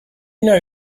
know